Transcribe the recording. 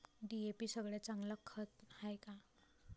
DAP सगळ्यात चांगलं खत हाये का?